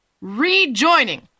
rejoining